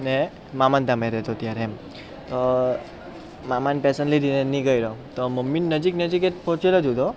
ને મામાને ત્યાં રહેતો ત્યારે એમ તો મામાની પેસન લીધી અને નીકળ્યો તો મમ્મીની નજીક નજીક જ પહોંચેલો જ હતો